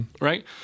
Right